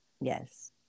Yes